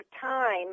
time